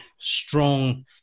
strong